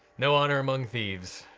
no honor among thieves.